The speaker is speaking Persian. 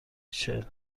ریچل